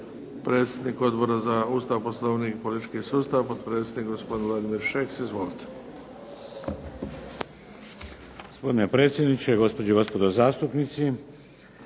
Predsjednik Odbora za Ustav, Poslovnik i politički sustav, potpredsjednik gospodin Vladimir Šeks. Izvolite.